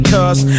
Cause